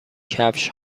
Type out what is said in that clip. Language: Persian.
کفش